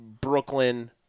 Brooklyn